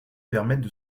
permettent